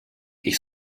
ich